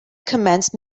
commence